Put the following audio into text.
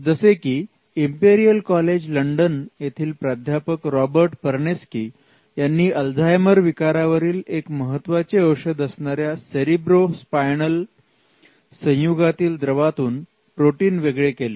जसे की Imperial College London येथील प्राध्यापक रॉबर्ट परनेसकी यांनी अल्झायमर विकारावरील एक महत्त्वाचे औषध असणाऱ्या सेरिब्रो स्पायनल संयुगातील द्रवातून प्रोटीन वेगळे केले